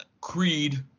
Creed